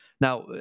Now